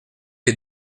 est